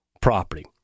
property